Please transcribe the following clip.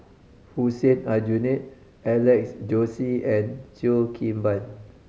Hussein Aljunied Alex Josey and Cheo Kim Ban